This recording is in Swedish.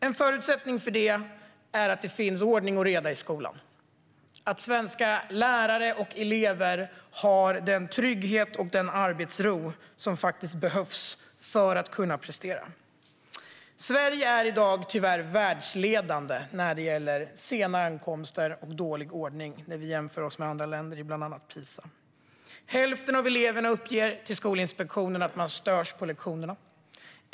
En förutsättning för detta är att det råder ordning och reda i skolan - att svenska lärare och elever har den trygghet och arbetsro som faktiskt behövs för att de ska kunna prestera. Sverige är i dag tyvärr världsledande när det gäller sena ankomster och dålig ordning, när vi jämför oss med andra länder i bland annat PISA. Hälften av eleverna uppger för Skolinspektionen att de störs på lektionerna.